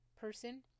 person